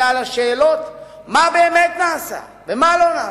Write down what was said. ההתמודדות היא על השאלה מה באמת נעשה ומה לא נעשה.